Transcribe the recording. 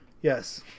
Yes